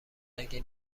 نگی